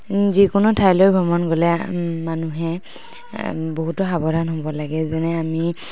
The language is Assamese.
যিকোনো ঠাইলৈ ভ্ৰমণত গ'লে মানুহে বহুতো সাৱধান হ'ব লাগে যেনে আমি